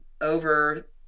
over